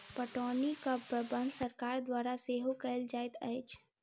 पटौनीक प्रबंध सरकार द्वारा सेहो कयल जाइत अछि